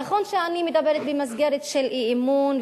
נכון שאני מדברת במסגרת של אי-אמון,